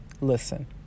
Listen